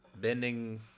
bending